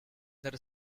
there